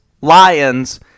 Lions